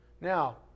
Now